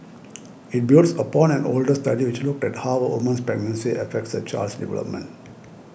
it builds upon an older study which looked at how a woman's pregnancy affects her child's development